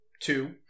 two